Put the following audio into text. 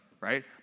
Right